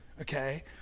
okay